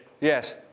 Yes